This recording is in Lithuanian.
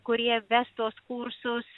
kurie ves tuos kursus